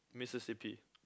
Mississippi